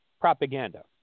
propaganda